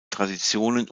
traditionen